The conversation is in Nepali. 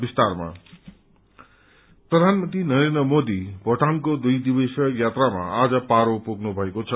पीएम भूटाङ प्रधानमन्त्री नरेन्द्र मोदी भूटाङको दुई दिवसीय यात्रामा आज पारो पुग्नु भएको छ